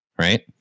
right